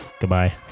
Goodbye